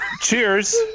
Cheers